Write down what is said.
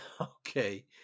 Okay